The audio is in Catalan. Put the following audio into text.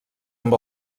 amb